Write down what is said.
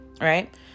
Right